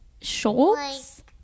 shorts